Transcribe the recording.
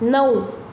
नऊ